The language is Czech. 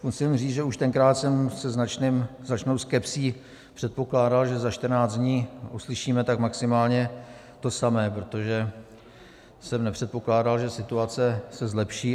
Musím říci, že už tenkrát jsem se značnou skepsí předpokládal, že za 14 dní uslyšíme tak maximálně to samé, protože jsem nepředpokládal, že situace se zlepší.